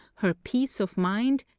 her peace of mind,